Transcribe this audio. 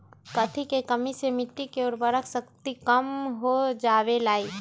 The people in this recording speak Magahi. कथी के कमी से मिट्टी के उर्वरक शक्ति कम हो जावेलाई?